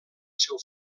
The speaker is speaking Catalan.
seu